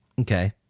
okay